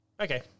Okay